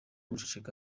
guceceka